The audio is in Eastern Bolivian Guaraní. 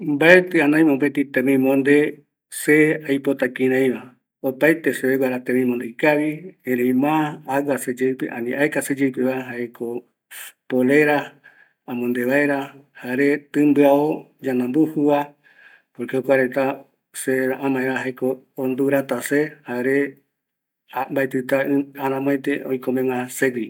Mbatɨ anoi mopetï tembimonde se aipota kirai va, opaete seve guara temimbonde ikavi, erei ma aeka seyeɨpe va jaeko polera, jare tɨmbɨao yanda buju va, se jokuareta re amaeva jaeko ondurata se, jare mbaetita aramoete oikomegua segui